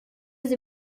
sie